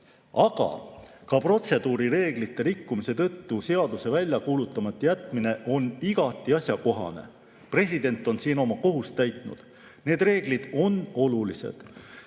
Aga ka protseduurireeglite rikkumise tõttu seaduse väljakuulutamata jätmine on igati asjakohane. President on siin oma kohust täitnud. Need reeglid on olulised.